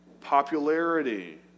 popularity